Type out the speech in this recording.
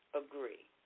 agree